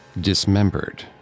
dismembered